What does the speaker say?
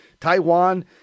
Taiwan